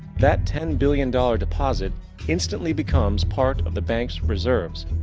that ten billion dollar deposit instantly becomes part of the bank's reserves.